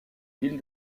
ville